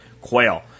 Quail